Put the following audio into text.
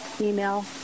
email